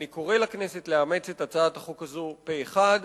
אני קורא לכנסת לאמץ את הצעת החוק הזו פה אחד,